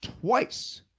twice